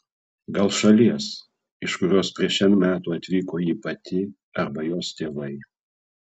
gal šalies iš kurios prieš n metų atvyko ji pati arba jos tėvai